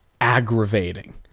aggravating